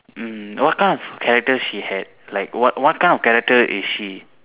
mm what kind of character she had like what what kind of character is she